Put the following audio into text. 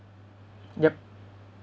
yup